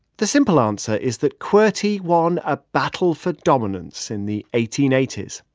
the simple answer is that qwerty won a battle for dominance in the eighteen eighty s.